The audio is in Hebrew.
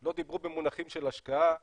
לא דיברו במונחים של השקעה,